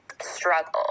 struggle